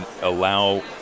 allow